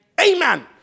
Amen